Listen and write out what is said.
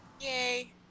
Yay